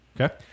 Okay